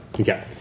Okay